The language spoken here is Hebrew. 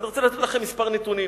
אני רוצה לתת לכם כמה נתונים.